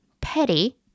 petty